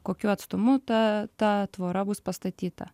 kokiu atstumu ta ta tvora bus pastatyta